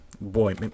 boy